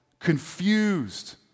confused